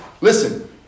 Listen